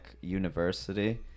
University